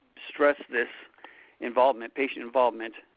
stress this involvement, patient involvement,